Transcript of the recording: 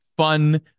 fun